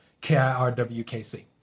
K-I-R-W-K-C